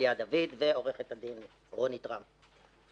טליה דוד ועו"ד רונית רם.